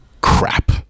crap